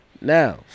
Now